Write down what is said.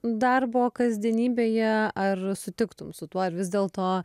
darbo kasdienybėje ar sutiktum su tuo ar vis dėlto